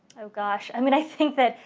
oh, gosh. i mean, i think that,